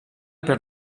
per